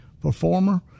performer